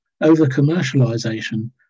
over-commercialisation